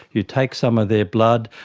you take some of their blood,